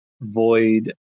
void